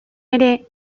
ere